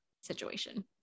situation